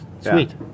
sweet